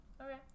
Okay